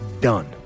done